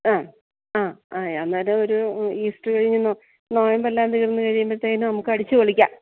ആ ആ ആ അന്നേരം ഒരു ഈസ്റ്ററ് കഴിഞ്ഞെന്നാല് നോയമ്പെല്ലാം തീർന്നു കഴിയുമ്പഴ്ത്തേനും നമുക്കടിച്ചുപൊളിക്കാം